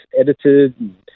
edited